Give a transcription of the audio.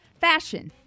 fashion